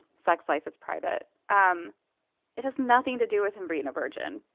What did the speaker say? sex life is private. um it has nothing to do with him being a virgin.